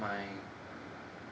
my